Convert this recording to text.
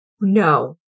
No